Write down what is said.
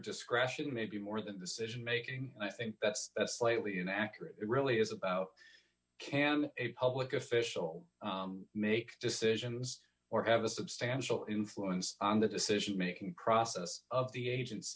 discretion maybe more than this issue making i think that's slightly inaccurate it really is about can a public official make decisions or have a substantial influence on the decision making process of the agen